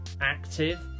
active